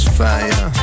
fire